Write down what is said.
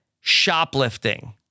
shoplifting